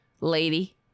lady